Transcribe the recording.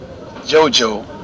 JoJo